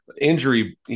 injury